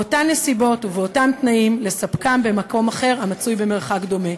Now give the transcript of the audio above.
באותן נסיבות ובאותם תנאים לספקם במקום אחר המצוי במרחק דומה.